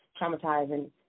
traumatizing